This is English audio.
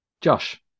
Josh